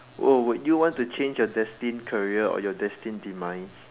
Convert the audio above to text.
oh would you want to change your destine career or your destine demise